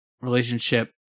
relationship